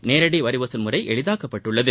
நேரடி வரி வசூல் முறை எளிதாக்கப்பட்டுள்ளது